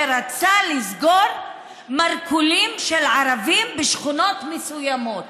שרצה לסגור מרכולים של ערבים בשכונות מסוימות.